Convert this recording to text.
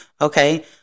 okay